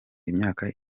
imyaka